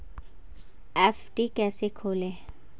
FD कैसे खोलें?